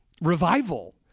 Revival